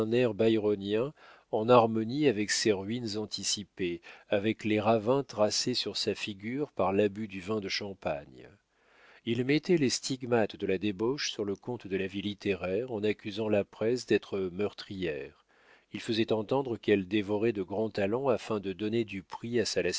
en harmonie avec ses ruines anticipées avec les ravins tracés sur sa figure par l'abus du vin de champagne il mettait les stigmates de la débauche sur le compte de la vie littéraire en accusant la presse d'être meurtrière il faisait entendre qu'elle dévorait de grands talents afin de donner du prix à sa